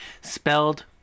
spelled